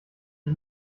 die